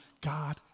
God